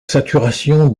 saturation